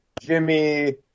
Jimmy